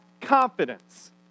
confidence